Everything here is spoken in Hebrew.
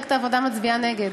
מפלגת העבודה מצביעה נגד.